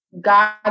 God